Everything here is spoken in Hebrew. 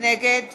נגד